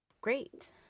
Great